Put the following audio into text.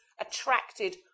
attracted